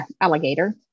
alligator